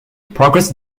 progress